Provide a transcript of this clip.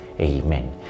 Amen